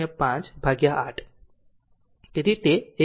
5 ભાગ્યા 8 તેથી તે 31